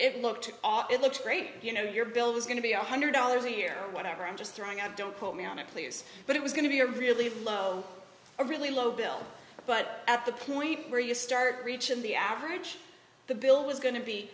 it looked all it looks great you know your bill is going to be one hundred dollars a year or whatever i'm just throwing out don't quote me on it please but it was going to be a really low a really low bill but at the point where you start reaching the average the bill was going to be